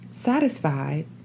Satisfied